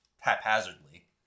haphazardly